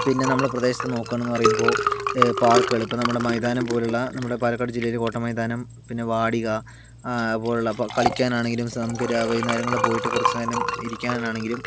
പിന്നെ നമ്മൾ പ്രദേശത്ത് നോക്കുകയാണ് എന്ന് പറയുമ്പോൾ പാർക്കുകൾ ഇപ്പോൾ നമ്മുടെ മൈതാനം പോലുള്ള നമ്മുടെ പാലക്കാട് ജില്ലയിൽ കോട്ട മൈതാനം പിന്നെ വാടിക അതുപോലുള്ള അപ്പോൾ കളിക്കാൻ ആണെങ്കിലും സ് നമുക്ക് വൈകുന്നേരങ്ങളിൽ പോയിട്ട് നമുക്ക് കുറച്ച് നേരം ഇരിക്കാനാണെങ്കിലും